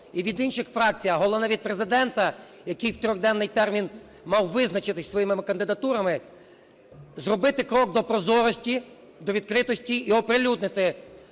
і від інших фракцій, а головне від Президента, який в триденний термін мав визначитись зі своїми кандидатурами, зробити крок до прозорості, до відкритості і оприлюднити